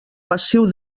passiu